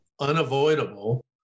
unavoidable